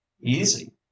Easy